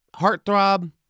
heartthrob